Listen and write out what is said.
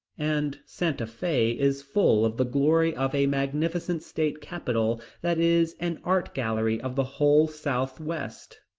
and santa fe is full of the glory of a magnificent state capitol that is an art gallery of the whole southwest,